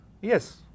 yes